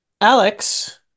Alex